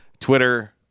Twitter